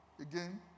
again